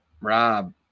Rob